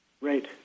Right